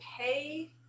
pay